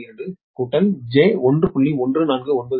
532 j1